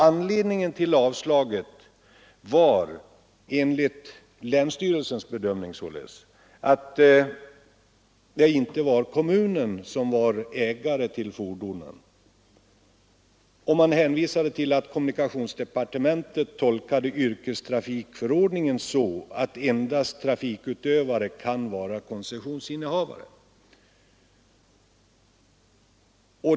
Anledningen till avslaget var — enligt länsstyrelsens bedömning — att det inte var kommunen som var ägare till fordonen, och man hänvisade till att kommunikationsdepartementet tolkade yrkestrafikförordningen så att endast trafikutövare kan vara koncessionsinnehavare.